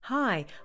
hi